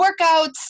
workouts